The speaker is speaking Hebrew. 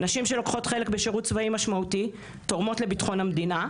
נשים שלוקחות חלק בשירות צבאי משמעותי תורמות לביטחון המדינה,